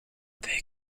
they